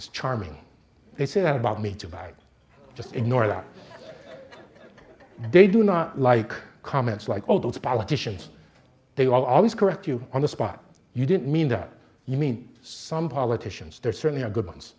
is charming they said about me tonight just ignore that they do not like comments like all those politicians they always correct you on the spot you didn't mean that you mean some politicians there certainly are good ones